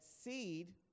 seed